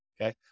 Okay